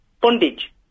Bondage